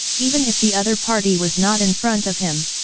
even if the other party was not in front of him,